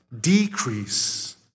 decrease